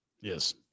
Yes